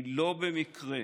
לא במקרה